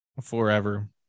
forever